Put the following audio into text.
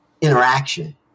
interaction